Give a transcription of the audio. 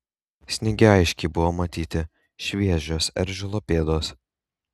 sniege aiškiai buvo matyti šviežios eržilo pėdos